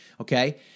Okay